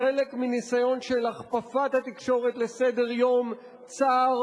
חלק מניסיון של הכפפת התקשורת לסדר-יום צר,